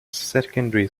secondary